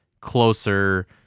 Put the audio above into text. closer